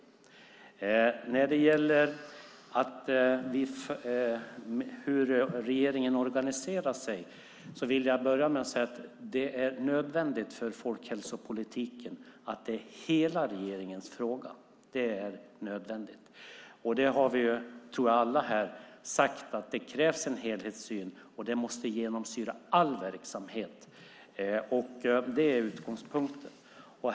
När det gäller hur regeringen organiserar sig vill jag börja med att säga att det är nödvändigt för folkhälsopolitiken att det är hela regeringens fråga. Det är nödvändigt. Jag tror att vi alla här har sagt att det krävs en helhetssyn som måste genomsyra all verksamhet. Det är utgångspunkten.